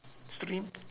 stream